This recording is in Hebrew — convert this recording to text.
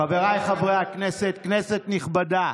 חבריי חברי הכנסת, כנסת נכבדה.